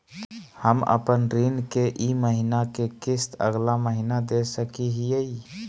हम अपन ऋण के ई महीना के किस्त अगला महीना दे सकी हियई?